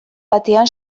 batean